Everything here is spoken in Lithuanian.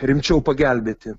rimčiau pagelbėti